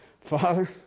Father